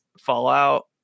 Fallout